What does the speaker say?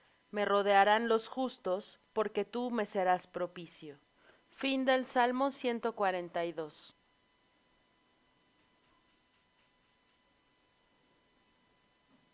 me rodearán los justos porque tú me serás propicio salmo